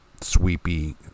sweepy